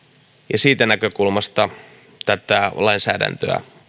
ja siitä näkökulmasta tätä lainsäädäntöä